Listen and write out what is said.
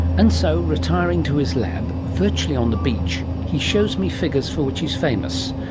and so, retiring to his lab, virtually on the beach, he shows me figures for which he's famous,